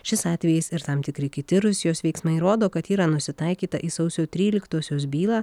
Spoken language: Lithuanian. šis atvejis ir tam tikri kiti rusijos veiksmai rodo kad yra nusitaikyta į sausio tryliktosios bylą